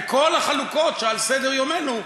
מכל החלוקות שעל סדר-יומנו,